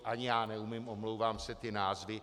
Ani já neumím, omlouvám se, ty názvy.